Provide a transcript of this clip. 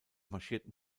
marschierten